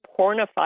pornified